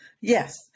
yes